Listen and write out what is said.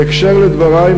בהקשר של דברי,